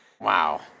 Wow